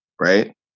right